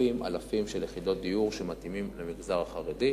אלפים אלפים של יחידות דיור שמתאימות למגזר החרדי.